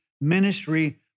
ministry